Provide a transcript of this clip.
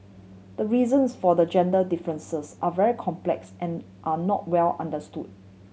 the reasons for the gender differences are very complex and are not well understood